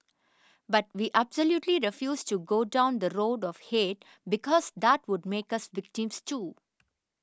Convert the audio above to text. but we absolutely refused to go down the road of hate because that would make us victims too